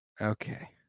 Okay